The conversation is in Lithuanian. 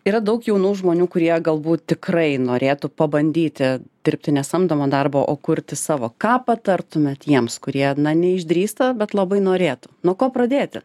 yra daug jaunų žmonių kurie galbūt tikrai norėtų pabandyti dirbti ne samdomą darbą o kurti savo ką patartumėt jiems kurie neišdrįsta bet labai norėtų nuo ko pradėti